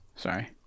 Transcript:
Sorry